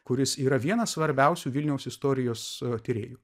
kuris yra vienas svarbiausių vilniaus istorijos tyrėjų